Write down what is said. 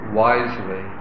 wisely